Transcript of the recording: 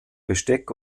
besteck